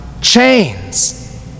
chains